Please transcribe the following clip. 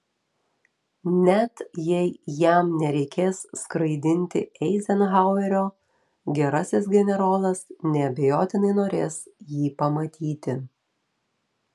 net jei jam nereikės skraidinti eizenhauerio gerasis generolas neabejotinai norės jį pamatyti